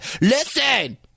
Listen